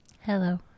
Hello